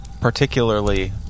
Particularly